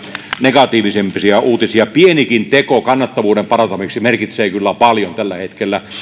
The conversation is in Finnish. negatiivisempia uutisia pienikin teko kannattavuuden parantamiseksi merkitsee kyllä paljon tällä hetkellä